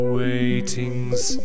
waiting's